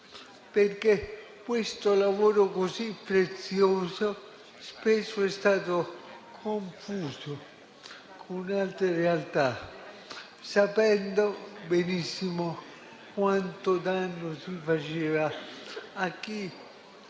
perché questo lavoro così prezioso spesso è stato confuso con altre realtà, pur sapendo benissimo quanto danno si faceva a chi